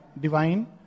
divine